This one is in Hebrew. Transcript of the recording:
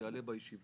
זה יעלה בישיבה